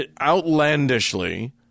outlandishly